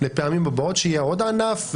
לפעמים הבאות שיהיה עוד ענף,